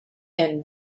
and